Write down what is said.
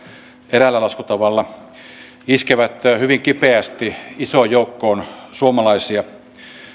eräällä laskutavalla iskevät hyvin kipeästi isoon joukkoon suomalaisia